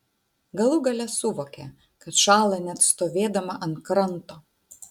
galų gale suvokė kad šąla net stovėdama ant kranto